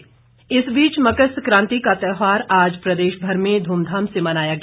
मकर सक्रांति इस बीच मकर सकांति का त्यौहार आज प्रदेशभर में धूमधाम से मनाया गया